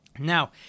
Now